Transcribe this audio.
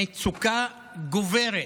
מצוקה גוברת